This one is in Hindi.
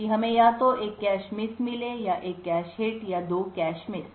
कि हमें या तो एक कैश मिस मिले और एक कैश हिट या दो कैश मिस